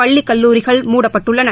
பள்ளிக்கல்லூரிகள் மூடப்பட்டுள்ளன